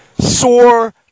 sore